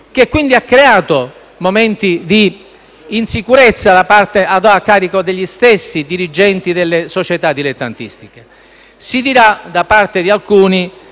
che, quindi, ha creato momenti di insicurezza a carico degli stessi dirigenti delle società dilettantistiche. Si dirà, da parte di alcuni,